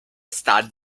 sta